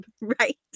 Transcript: right